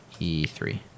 e3